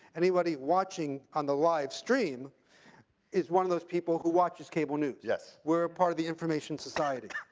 anybody watching on the live stream is one of those people who watches cable news. yes. we're a part of the information society,